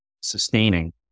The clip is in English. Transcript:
sustaining